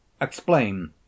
Explain